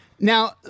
Now